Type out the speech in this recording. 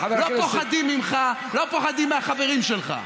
חבר הכנסת, לא פוחדים ממך, לא פוחדים מהחברים שלך.